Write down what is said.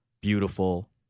beautiful